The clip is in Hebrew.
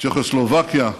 צ'כוסלובקיה,